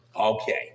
Okay